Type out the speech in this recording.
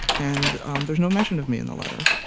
and and there's no mention of me in the letter.